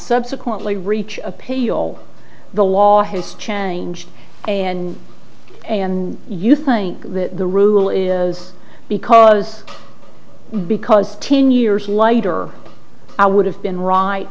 subsequently reach a pail the law has changed and you think that the rule is because because ten years later i would have been right